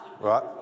Right